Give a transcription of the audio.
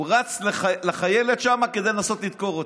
הוא רץ לחיילת שם כדי לנסות לדקור אותה.